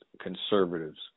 conservatives